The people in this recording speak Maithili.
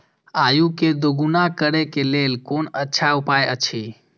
आय के दोगुणा करे के लेल कोन अच्छा उपाय अछि?